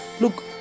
look